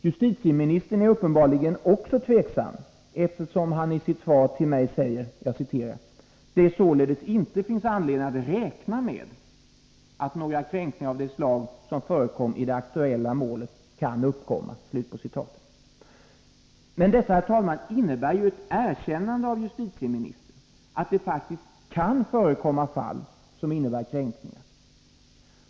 Justitieministern är uppenbarligen också tveksam, eftersom han i sitt svar till mig säger: ”I det rättsläge som nu råder finns det således inte anledning att räkna med att några kränkningar av det slag som förekom i det aktuella målet kan uppkomma.” Men detta, herr talman, innebär ju ett erkännande av justitieministern att det faktiskt kan förekomma fall som innebär kränkningar.